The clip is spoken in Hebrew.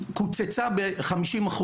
קוצצה ב-50%.